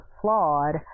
flawed